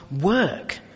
work